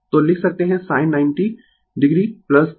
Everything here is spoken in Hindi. तो लिख सकते है sin 90 ocos